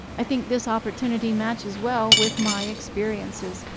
i think this opportunity matches well with my experiences.